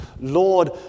Lord